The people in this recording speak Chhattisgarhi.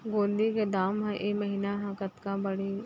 गोंदली के दाम ह ऐ महीना ह कतका बढ़ही?